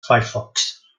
firefox